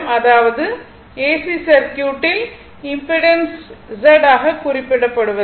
அதாவது ஏசி சர்க்யூட்டில் impedance Z ஆக குறிப்பிடப்படுகிறது